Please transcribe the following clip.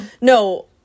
No